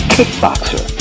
Kickboxer